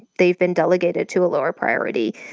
they've been delegated to a lower priority,